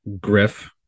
Griff